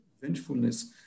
vengefulness